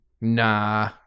Nah